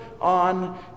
on